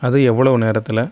அது எவ்வளவு நேரத்தில்